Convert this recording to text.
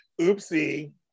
oopsie